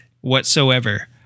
whatsoever